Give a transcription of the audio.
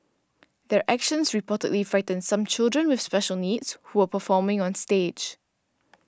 their actions reportedly frightened some children with special needs who were performing on stage